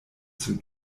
zum